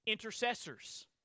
intercessors